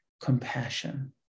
compassion